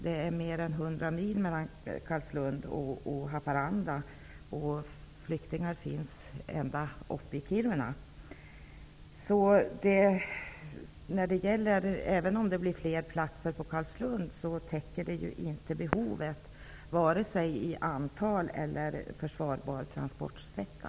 Det är mer än 100 mil mellan Carlslund och Haparanda, och flyktingar finns ända uppe i Kiruna. Även om det blir fler platser på Carlslund täcker det inte behovet vare sig när det gäller antal eller försvarbar transportsträcka.